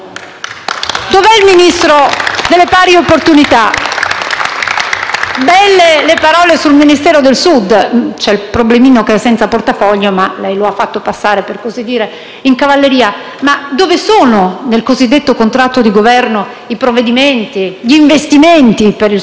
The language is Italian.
Dov'è il Ministro delle pari opportunità? Belle le parole sul Ministero del Sud (c'è il problemino che è senza portafoglio, ma lei lo ha fatto passare, per così dire, in cavalleria), ma dove sono, nel cosiddetto contratto di Governo, i provvedimenti, gli investimenti per il Sud?